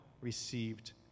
received